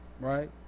right